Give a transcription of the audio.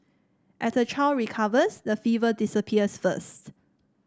as the child recovers the fever disappears first